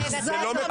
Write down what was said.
תהיה אכזר יותר.